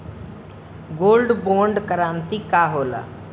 Gold bond करतिं का होला?